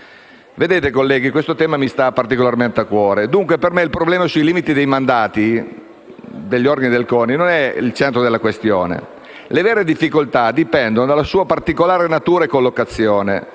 Vedete, colleghi, questo tema mi sta particolarmente a cuore. Dunque per me il problema sui limiti dei mandati degli organi del CONI non è il centro della questione. Le vere difficoltà dipendono dalla sua particolare natura e collocazione